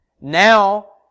Now